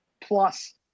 plus